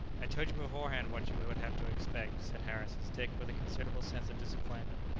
i told you beforehand what you would have to expect, said harris, as dick, with a considerable sense of disappointment,